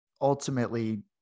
ultimately